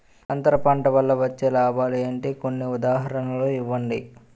అంతర పంట వల్ల వచ్చే లాభాలు ఏంటి? కొన్ని ఉదాహరణలు ఇవ్వండి?